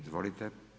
Izvolite.